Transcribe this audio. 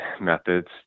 methods